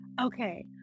Okay